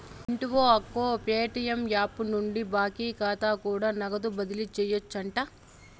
వింటివా అక్కో, Paytm app నుండి బాకీ కాతా కూడా నగదు బదిలీ సేయొచ్చంట